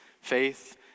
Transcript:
faith